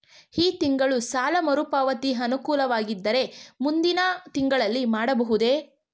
ಈ ತಿಂಗಳು ಸಾಲ ಮರುಪಾವತಿ ಅನಾನುಕೂಲವಾಗಿದ್ದರೆ ಮುಂದಿನ ತಿಂಗಳಲ್ಲಿ ಮಾಡಬಹುದೇ?